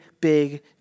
big